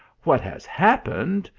what has happened?